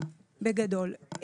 בגדול.